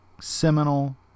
seminal